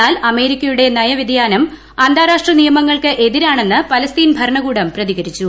എന്നാൽ അമേരിക്കയുടെ നയവൃതിയാനം അന്താരാഷ്ട്ര നിയമങ്ങൾക്ക് എതിരാണെന്ന് പലസ്തീൻ ഭരണകൂടം പ്രതികരിച്ചു